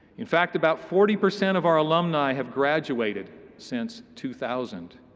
in fact, about forty percent of our alumni have graduated since two thousand.